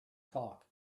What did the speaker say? talk